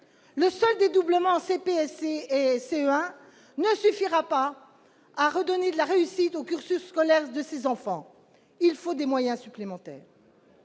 Le seul dédoublement en CP et CE1 ne suffira pas à la réussite du cursus scolaire de ces enfants. Il faut des moyens supplémentaires.